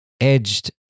edged